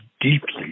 deeply